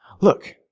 look